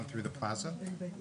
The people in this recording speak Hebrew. בחינת השפעתה של הציונות בזהות